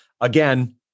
again